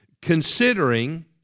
considering